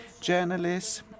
journalists